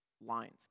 lines